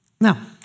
Now